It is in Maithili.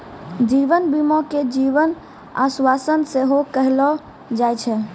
जीवन बीमा के जीवन आश्वासन सेहो कहलो जाय छै